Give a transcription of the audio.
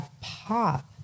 pop